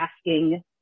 asking